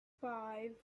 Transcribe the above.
five